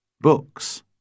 books